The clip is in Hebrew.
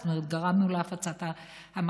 זאת אומרת, גרמנו להפצת המחלה.